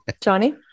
Johnny